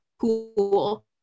cool